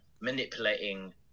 manipulating